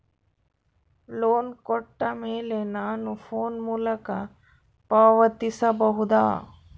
Loan ಕೊಟ್ಟ ಮೇಲೆ ನಾನು ಫೋನ್ ಮೂಲಕ ಪಾವತಿಸಬಹುದಾ?